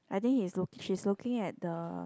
I think he's look she's looking at the